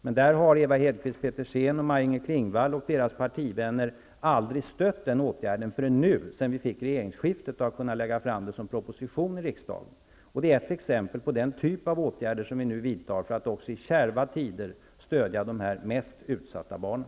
Men Ewa Hedkvist Petersen, Maj-Inger Klingvall och deras partivänner har aldrig stött den åtgärden förrän nu, sedan vi fått regeringsskiftet och har kunnat lägga fram förslaget som proposition i riksdagen. Det är ett exempel på den typ av åtgärder som vi vidtar för att också i kärva tider stödja de mest utsatta barnen.